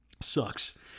sucks